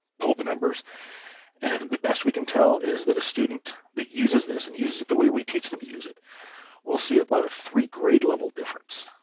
pulled the numbers and the best we can tell is that a student that uses this and uses it the way we teach them to use it will see about a three grade level difference.